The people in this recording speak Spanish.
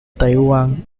taiwan